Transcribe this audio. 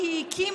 כי היא הקימה,